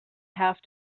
have